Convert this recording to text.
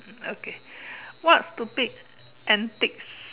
okay what stupid antiques